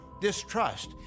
distrust